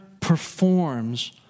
performs